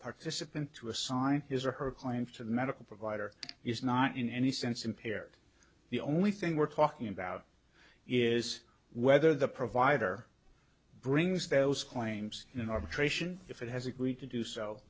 participant to assign his or her claims to medical provider is not in any sense impaired the only thing we're talking about is whether the provider brings those claims in arbitration if it has agreed to do so